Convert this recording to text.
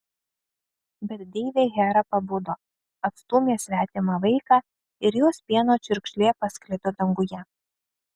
bet deivė hera pabudo atstūmė svetimą vaiką ir jos pieno čiurkšlė pasklido danguje